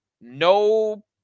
no